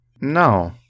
No